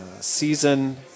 season